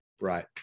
Right